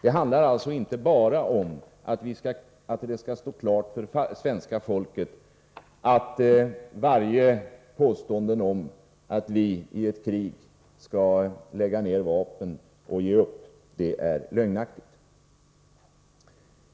Det handlar alltså inte bara om att det skall stå klart för svenska folket att varje påstående om att vi i ett krig skulle lägga ner vapnen och ge upp är lögnaktigt.